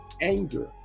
anger